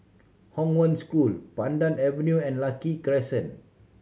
Hong Wen School Pandan Avenue and Lucky Crescent